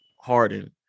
Harden